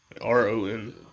R-O-N